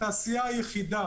התעשייה היחידה,